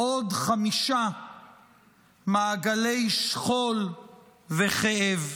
עוד חמישה מעגלי שכול וכאב.